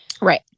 Right